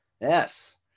Yes